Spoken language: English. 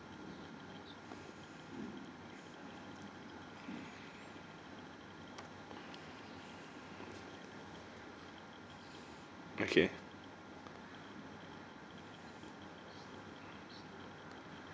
okay